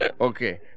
Okay